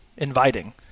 inviting